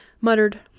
muttered